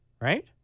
Right